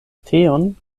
teon